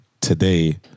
Today